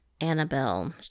Annabelle